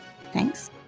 Thanks